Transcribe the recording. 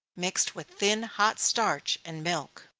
mixed with thin hot starch and milk.